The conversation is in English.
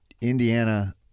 Indiana